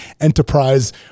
enterprise